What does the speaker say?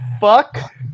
Fuck